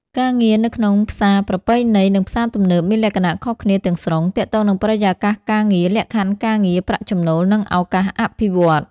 ការងារនៅក្នុងផ្សារប្រពៃណី និងផ្សារទំនើប មានលក្ខណៈខុសគ្នាទាំងស្រុង ទាក់ទងនឹងបរិយាកាសការងារ លក្ខខណ្ឌការងារ ប្រាក់ចំណូល និងឱកាសអភិវឌ្ឍន៍។